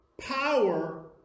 power